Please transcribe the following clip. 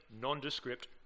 nondescript